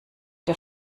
der